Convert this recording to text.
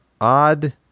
odd